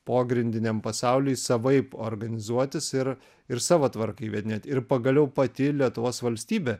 pogrindiniam pasauliui savaip organizuotis ir ir savo tvarką įvedinėt ir pagaliau pati lietuvos valstybė